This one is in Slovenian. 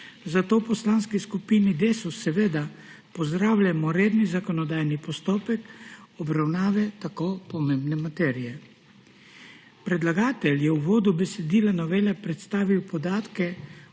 zato v Poslanski skupini Desus seveda pozdravljamo redni zakonodajni postopek obravnave tako pomembne materije. Predlagatelj je v uvodu besedila novele predstavil podatke